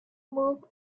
move